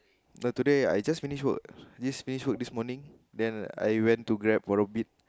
no today I just finished work just finished work this morning then I went to grab follow B